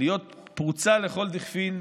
להיות פרוצה לכל דכפין.